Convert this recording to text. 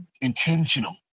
intentional